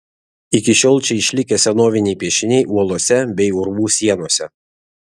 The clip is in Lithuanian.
iki šiol čia išlikę senoviniai piešiniai uolose bei urvų sienose